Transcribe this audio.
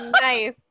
Nice